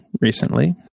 recently